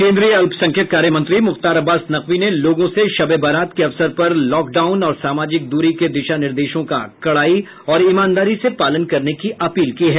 केन्द्रीय अल्पसंख्यक कार्य मंत्री मुख्तार अब्बास नकवी ने लोगों से शबे बारात के अवसर पर लॉकडाउन और सामाजिक दूरी के दिशा निर्देशों का कड़ाई और ईमानदारी से पालन करने की अपील की है